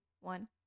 one